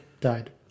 died